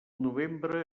novembre